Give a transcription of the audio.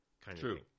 True